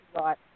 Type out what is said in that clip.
right